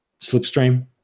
Slipstream